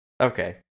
Okay